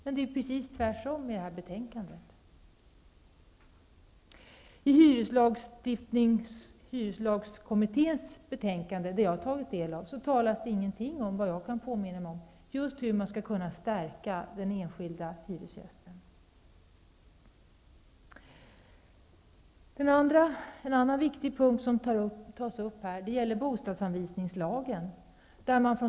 Men det här betänkandet ger uttryck för raka motsatsen. I det som jag har tagit del av från hyreslagskommitténs betänkande talas det inte någonting om hur man skall kunna stärka den enskilde hyresgästens ställning. En annan viktig punkt som tas upp i betänkandet är frågan om bostadsanvisningslagen.